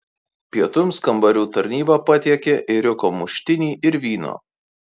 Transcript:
pietums kambarių tarnyba patiekė ėriuko muštinį ir vyno